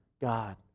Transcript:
God